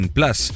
Plus।